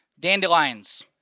Dandelions